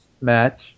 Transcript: match